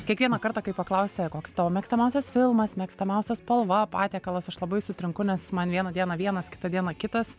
kiekvieną kartą kai paklausia koks tavo mėgstamiausias filmas mėgstamiausia spalva patiekalas aš labai sutrinku nes man vieną dieną vienas kitą dieną kitas